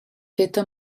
feta